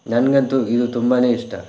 ನನಗಂತೂ ಇದು ತುಂಬನೇ ಇಷ್ಟ